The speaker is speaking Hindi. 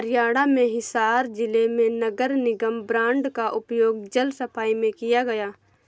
हरियाणा में हिसार जिले में नगर निगम बॉन्ड का उपयोग जल सफाई में किया गया